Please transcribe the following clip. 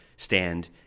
stand